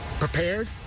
Prepared